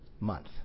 month